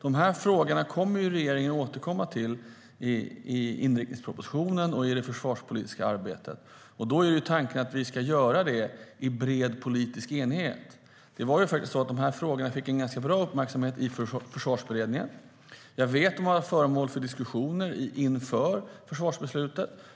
De här frågorna kommer regeringen att återkomma till i inrikespropositionen och i det försvarspolitiska arbetet, och då är tanken att vi ska göra det i bred politisk enighet. De här frågorna fick ju faktiskt ganska bra uppmärksamhet i Försvarsberedningen, och jag vet att de har varit föremål för diskussioner inför försvarsbeslutet.